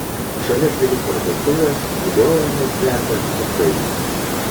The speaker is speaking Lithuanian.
šalia gėlių parduotuvės viliojamai kvepia cukrainė